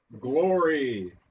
Glory